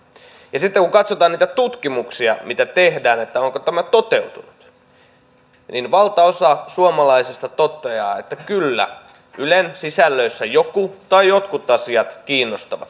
sitten kun katsotaan niitä tutkimuksia mitä tehdään että onko tämä toteutunut niin valtaosa suomalaisista toteaa että kyllä ylen sisällöissä joku tai jotkut asiat kiinnostavat hyvin montaa